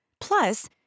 Plus